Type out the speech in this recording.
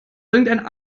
irgendein